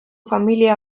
familia